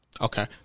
Okay